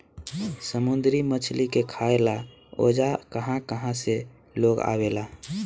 समुंद्री मछली के खाए ला ओजा कहा कहा से लोग आवेला